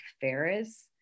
Ferris